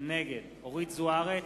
נגד אורית זוארץ,